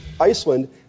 Iceland